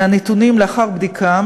לאחר בדיקה,